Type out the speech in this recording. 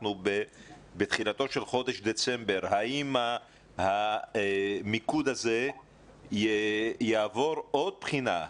ואנחנו בתחילתו של חודש דצמבר האם המיקוד הזה יעבור עוד בחינה?